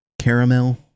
Caramel